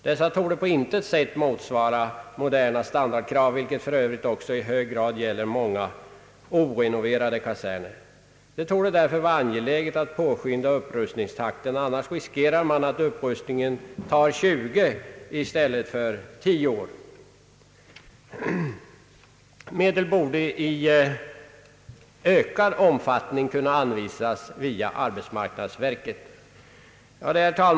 Detta torde på intet sätt motsvara moderna standardkrav, vilket för övrigt i hög grad gäller även många orenoverade kaserner. Det är därför angeläget att påskynda upprustningen. Annars riskerar man att denna tar tjugo år i stället för tio. Medel härtill torde i ökad omfattning kunna anvisas via arbetsmarknadsverket.